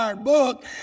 book